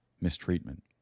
mistreatment